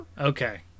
Okay